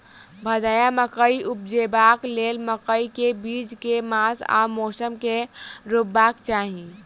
भदैया मकई उपजेबाक लेल मकई केँ बीज केँ मास आ मौसम मे रोपबाक चाहि?